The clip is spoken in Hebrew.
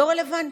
לא רלוונטי.